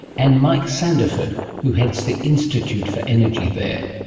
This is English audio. and mike sandiford who heads the institute for energy there.